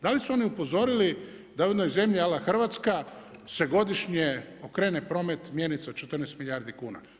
Da li su oni upozorili da u jednoj zemlji ala Hrvatska se godišnje okrene promet mjenica 14 milijardi kuna.